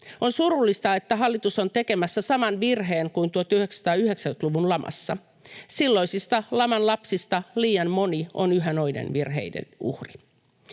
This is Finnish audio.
On surullista, että hallitus on tekemässä saman virheen kuin 1990-luvun lamassa. Silloisista laman lapsista liian moni on yhä noiden virheiden uhri.